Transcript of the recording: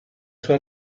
sua